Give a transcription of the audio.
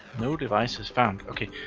no devices found. okay,